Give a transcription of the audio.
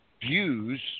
views